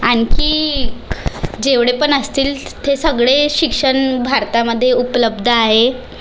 आणखी जेवढे पण असतील ते सगळे शिक्षण भारतामध्ये उपलब्ध आहे